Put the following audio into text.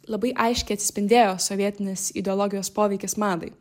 labai aiškiai atsispindėjo sovietinės ideologijos poveikis madai